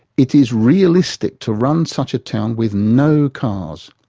it is realistic to run such a town with no cars.